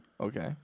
Okay